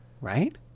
right